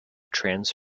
trans